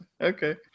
Okay